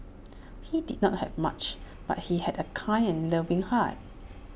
he did not have much but he had A kind and loving heart